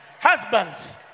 Husbands